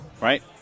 right